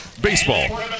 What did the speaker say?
baseball